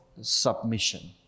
submission